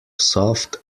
soft